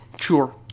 Sure